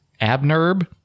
Abnerb